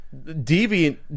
deviant